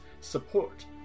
support